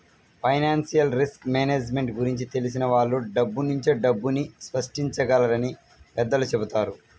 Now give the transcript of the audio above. financial risk management గురించి తెలిసిన వాళ్ళు డబ్బునుంచే డబ్బుని సృష్టించగలరని పెద్దలు చెబుతారు